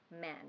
men